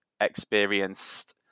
experienced